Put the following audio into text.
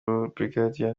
brig